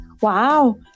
wow